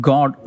God